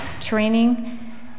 training